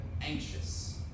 anxious